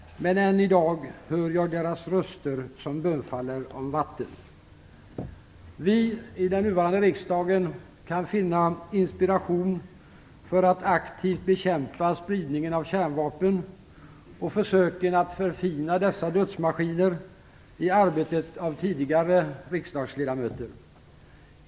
Men än i dag hör jag deras röster som bönfaller om vatten." Vi i den nuvarande riksdagen kan finna inspiration för att aktivt bekämpa spridningen av kärnvapen och försöken att förfina dessa dödsmaskiner i arbetet av tidigare riksdagsledamöter.